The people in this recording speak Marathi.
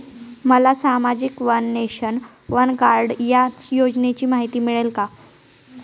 मला सामाजिक वन नेशन, वन कार्ड या योजनेची माहिती मिळेल का?